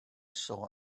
saw